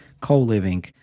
co-living